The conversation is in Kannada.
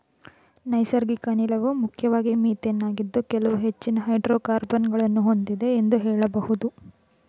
ನೈಸರ್ಗಿಕ ಅನಿಲವು ಮುಖ್ಯವಾಗಿ ಮಿಥೇನ್ ಆಗಿದ್ದು ಕೆಲವು ಹೆಚ್ಚಿನ ಹೈಡ್ರೋಕಾರ್ಬನ್ ಗಳನ್ನು ಹೊಂದಿದೆ ಎಂದು ಹೇಳಬಹುದು